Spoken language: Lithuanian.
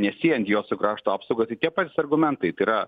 nesiejant jo su krašto apsauga tai tie patys argumentai yra